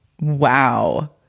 wow